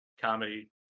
comedy